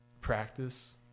practice